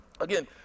again